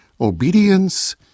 obedience